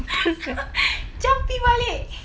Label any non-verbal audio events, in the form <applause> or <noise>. <noise> jampi balik